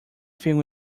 thing